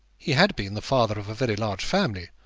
he had been the father of a very large family,